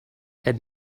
and